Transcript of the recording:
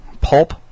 Pulp